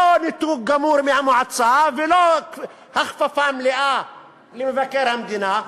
לא ניתוק גמור מהמועצה ולא הכפפה מלאה למבקר המדינה.